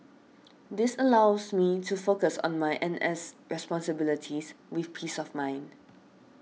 this allows me to focus on my N S responsibilities with peace of mind